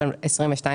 התקציב.